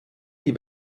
die